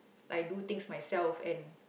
I do things myself and